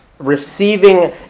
receiving